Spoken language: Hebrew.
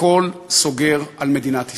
הכול סוגר על מדינת ישראל.